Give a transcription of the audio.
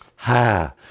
Ha